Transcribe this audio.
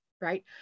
Right